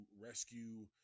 rescue